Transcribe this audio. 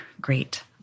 great